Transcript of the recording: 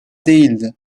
değildi